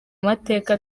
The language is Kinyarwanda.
mateka